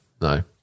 No